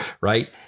Right